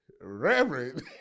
reverend